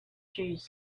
shoes